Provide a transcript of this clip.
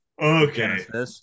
okay